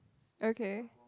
okay